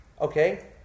Okay